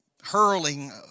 hurling